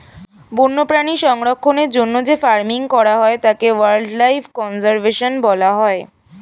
বন্যপ্রাণী সংরক্ষণের জন্য যে ফার্মিং করা হয় তাকে ওয়াইল্ড লাইফ কনজার্ভেশন বলা হয়